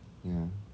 ya